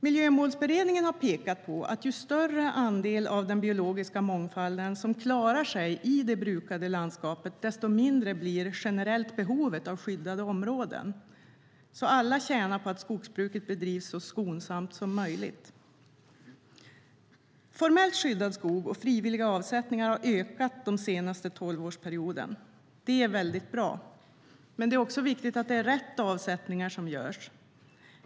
Miljömålsberedningen har pekat på att ju större andel av den biologiska mångfalden som klarar sig i det brukade landskapet, desto mindre blir generellt behovet av skyddade områden. Alla tjänar på att skogsbruket bedrivs så skonsamt som möjligt. Formellt skyddad skog och frivilliga avsättningar har ökat den senaste tolvårsperioden. Det är bra. Men det är också viktigt att det är rätt avsättningar som görs.